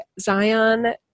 Zion